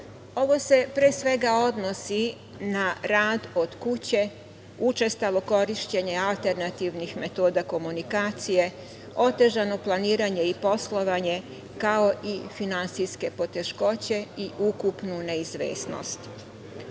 Ovo se, pre svega, odnosi na rad od kuće, učestalo korišćenje alternativnih metoda i komunikacije, otežano planiranje i poslovanje, kao i finansijske poteškoće i ukupnu neizvesnost.U